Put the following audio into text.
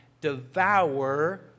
devour